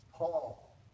Paul